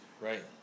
right